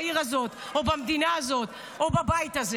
בעיר הזאת או במדינה הזאת או בבית הזה.